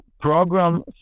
program